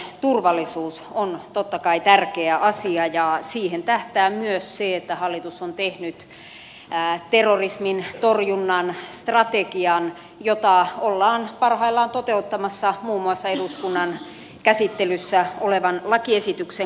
suomalaisten turvallisuus on totta kai tärkeä asia ja siihen tähtää myös se että hallitus on tehnyt terrorismin torjunnan strategian jota ollaan parhaillaan toteuttamassa muun muassa eduskunnan käsittelyssä olevan lakiesityksen kautta